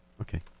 okay